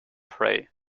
pray